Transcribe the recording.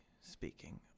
speaking